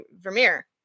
Vermeer